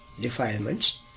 defilements